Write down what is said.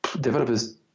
developers